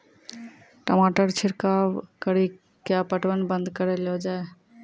टमाटर छिड़काव कड़ी क्या पटवन बंद करऽ लो जाए?